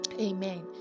amen